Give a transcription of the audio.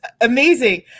amazing